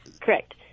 Correct